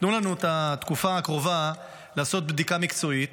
תנו לנו בתקופה הקרובה לעשות בדיקה מקצועית.